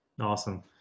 Awesome